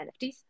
NFTs